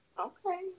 Okay